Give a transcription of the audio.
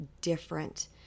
different